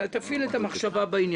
תפעיל את המחשבה בעניין.